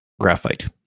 graphite